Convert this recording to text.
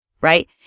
right